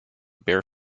bare